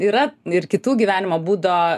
yra ir kitų gyvenimo būdo